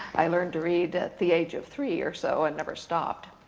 i learned to read at the age of three or so and never stopped.